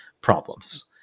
problems